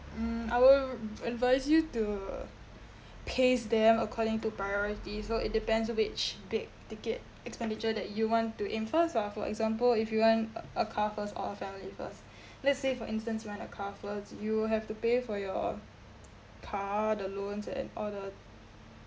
mm I will advise you to paste them according to priority so it depends on which big ticket expenditure that you want to in ah for example if you want a car first or a family first let's say for instance you want a car first you have to pay for your car the loans and all the